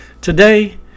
Today